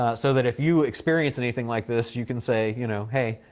so that if you experience anything like this, you can say, you know hey,